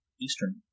Eastern